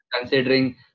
considering